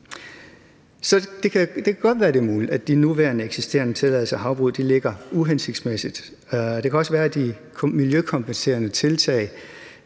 Det kan godt være, det er muligt, at de nuværende eksisterende tilladelser til havbrug ligger uhensigtsmæssigt. Det kan også være, at de miljøkompenserende tiltag